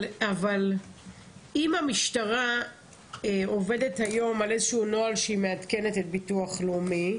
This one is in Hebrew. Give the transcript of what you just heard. אבל אם המשטרה עובדת היום על איזשהו נוהל שהיא מעדכנת את ביטוח לאומי,